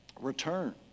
return